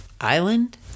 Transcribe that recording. island